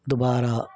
دوبارہ